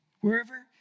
Wherever